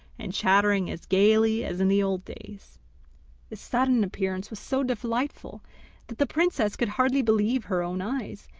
and chattering as gaily as in the old days. this sudden appearance was so delightful that the princess could hardly believe her own eyes,